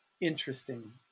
interesting